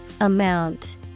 Amount